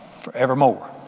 forevermore